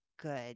good